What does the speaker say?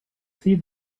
see